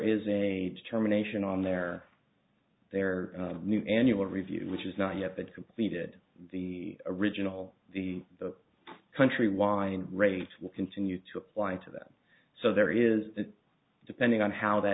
is a determination on their their new annual review which is not yet been completed the original the country wind rates will continue to apply to them so there is depending on how th